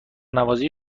نوازی